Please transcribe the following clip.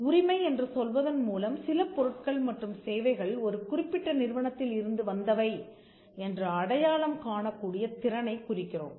உரிமை என்று சொல்வதன் மூலம்சில பொருட்கள் மற்றும் சேவைகள் ஒரு குறிப்பிட்ட நிறுவனத்தில் இருந்து வந்தவை என்று அடையாளம் காணக்கூடிய திறனைக் குறிக்கிறோம்